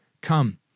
come